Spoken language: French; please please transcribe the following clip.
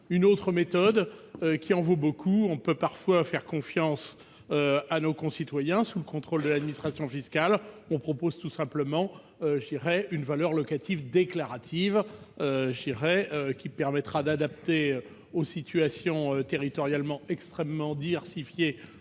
une autre méthode, qui en vaut bien d'autres, sachant qu'on peut parfois faire confiance à nos concitoyens, sous le contrôle de l'administration fiscale. Nous prévoyons une valeur locative déclarative, qui permettra de s'adapter aux situations territorialement extrêmement diversifiées